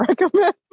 recommend